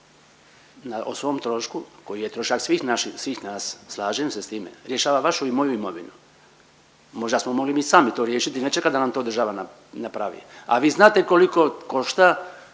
o svom trošku koji je trošak svih nas, slažem se sa time rješava vašu i moju imovinu. Možda smo mogli mi sami to riješiti ne čekati da nam to država napravi, a vi znate koliko košta